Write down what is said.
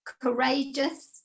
Courageous